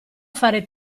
fare